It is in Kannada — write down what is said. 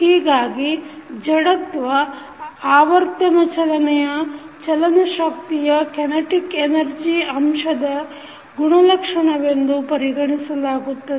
ಹೀಗಾಗಿ ಜಡತ್ವ ಆವರ್ತನ ಚಲನೆಯ ಚಲನಶಕ್ತಿಯ kinetic energy ಅಂಶದ ಗುಣಲಕ್ಷಣವೆಂದು ಪರಿಗಣಿಸಲಾಗುತ್ತದೆ